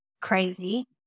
crazy